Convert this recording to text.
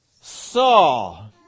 saw